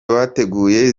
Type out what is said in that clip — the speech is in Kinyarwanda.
bateguye